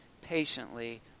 patiently